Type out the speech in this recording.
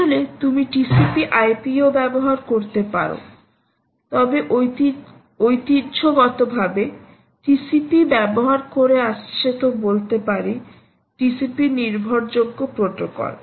আসলে তুমি TCP IP ও ব্যবহার করতে পারো তবে ঐতিহ্যগতভাবে TCP ব্যবহার করে আসছে তো বলতে পারি TCP নির্ভরযোগ্য প্রটোকল